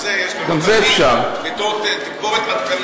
גם את זה יש לנו תמיד, בתור תגבורת עדכנית.